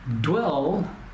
dwell